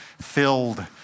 filled